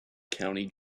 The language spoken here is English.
county